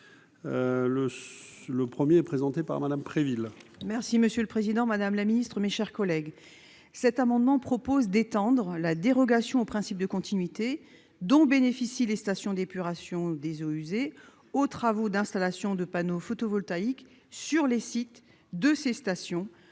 le le 1er présentée par Madame Préville. Merci monsieur le Président, Madame la Ministre, mes chers collègues, cet amendement propose d'étendre la dérogation au principe de continuité dont bénéficient les stations d'épuration des eaux usées aux travaux d'installation de panneaux photovoltaïques sur les sites de ces stations